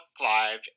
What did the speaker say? live